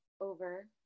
over